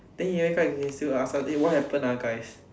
the he wake up he can still ask us eh what happen ah guys